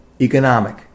economic